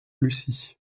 lucie